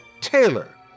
Taylor